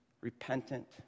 Repentant